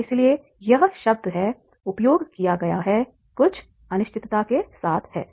तो इसीलिए यह शब्द है उपयोग किया गया है कुछ अनिश्चितता के साथ है